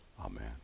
Amen